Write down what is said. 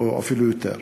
או אפילו יותר: